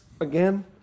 again